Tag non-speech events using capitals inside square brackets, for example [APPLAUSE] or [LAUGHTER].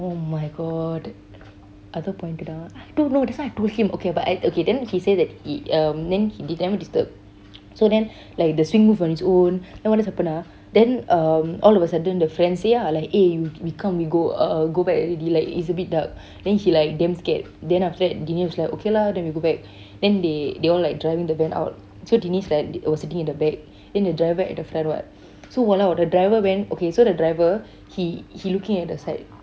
oh my god other point it out I don't know thats why I told him okay but I I okay then he say that he um then he never disturb so then like the swing move on its own then what else happen ah then um all of a sudden the friend say ah like eh we come we go uh go back already like it's a bit dark [BREATH] then he like damn scared then after that dinesh was like okay lah then we go back [BREATH] then they all like driving the van out so dinesh right was sitting in the back then the driver at the front [what] so !walao! the driver went okay so the driver he he looking at the side